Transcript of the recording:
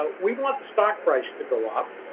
but we want the stock price to go up.